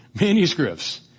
manuscripts